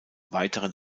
weiteren